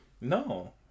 No